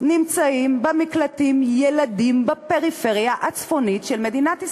נמצאים במקלטים ילדים בפריפריה הצפונית של מדינת ישראל.